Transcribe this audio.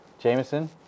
Jameson